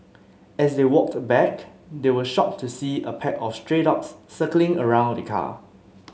as they walked back they were shocked to see a pack of stray dogs circling around the car